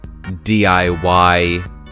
DIY